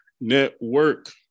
Network